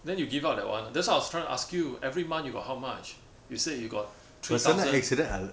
then you give up that one ah that's why I was trying to ask you every month you got how much you said you got three thousand